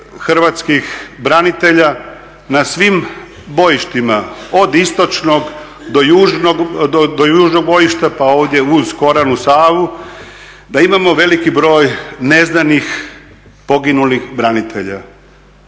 hrvatskih branitelja na svim bojištima, od istočnog do južnog bojišta pa ovdje uz Koranu, Savu, da imamo veliki broj neznanih, poginulih branitelja.